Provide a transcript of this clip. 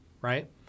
Right